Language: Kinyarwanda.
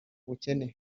bukene